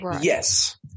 Yes